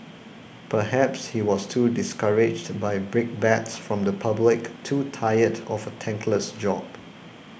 perhaps he was too discouraged by brickbats from the public too tired of a thankless job